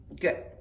Good